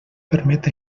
permet